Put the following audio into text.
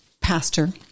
pastor